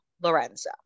Lorenzo